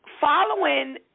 following